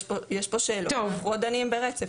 יש פה שאלות ואנחנו עוד דנים ברצף.